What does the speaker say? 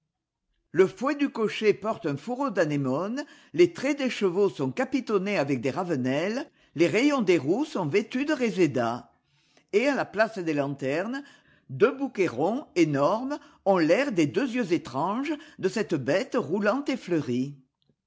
le fouet du cocher porte un fourreau d'anémones les traits des chevaux sont capi tonnés avec des ravenelles les rayons des roues sont vêtus de réséda et à la place des lanternes deux bouquets ronds énormes ont l'air des deux yeux étranges de cette bête roulante et fleurie